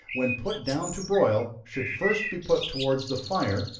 when put down to broil, should first be put towards the fire,